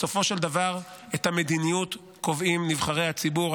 בסופו של דבר את המדיניות קובעים נבחרי הציבור,